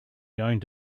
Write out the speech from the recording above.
going